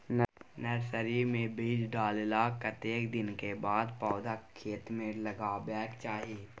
Nursery मे बीज डाललाक कतेक दिन के बाद पौधा खेत मे लगाबैक चाही?